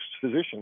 physician